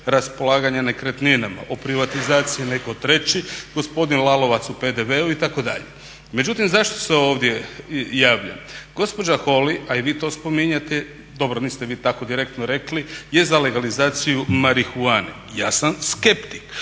raspolaganja nekretninama, o privatizaciji netko treći, gospodin Lalovac o PDV-u itd. Međutim, zašto se ovdje javljam? Gospođa Holy a i vi to spominjete, dobro niste vi tako direktno rekli, je za legalizaciju marihuane. Ja sam skeptik.